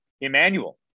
Emmanuel